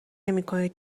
نمیکنید